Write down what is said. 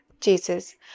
Jesus